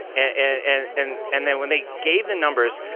and and and then when they gave the numbers,